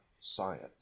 science